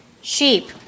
Sheep